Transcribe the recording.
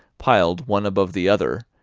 piled one above the other,